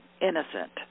innocent